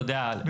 אתה יודע,